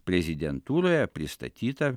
prezidentūroje pristatyta